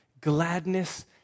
gladness